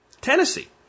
Tennessee